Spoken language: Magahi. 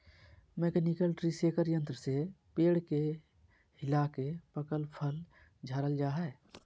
मैकेनिकल ट्री शेकर यंत्र से पेड़ के हिलाके पकल फल झारल जा हय